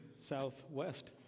southwest